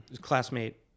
classmate